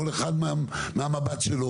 כל אחד מהמבט שלו.